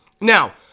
Now